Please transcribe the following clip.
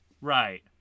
Right